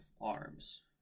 arms